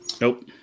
Nope